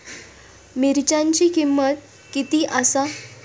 मिरच्यांची किंमत किती आसा?